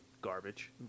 garbage